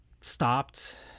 stopped